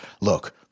look